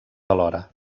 alhora